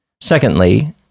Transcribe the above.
Secondly